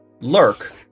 lurk